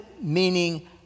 meaning